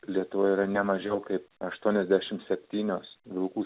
lietuvoje yra nemažiau kaip aštuoniasdešimt septynios vilkų